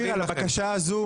הצעת חוק המרכז לגביית קנסות,